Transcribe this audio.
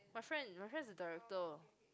my friend my friend is a director